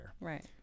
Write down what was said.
right